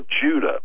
Judah